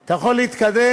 אתה יכול להתקדם